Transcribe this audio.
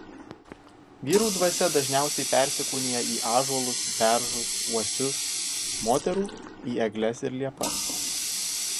vyrų dvasia dažniausiai persikūnija į ąžuolus beržus uosius moterų į egles ir liepas